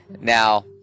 Now